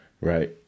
Right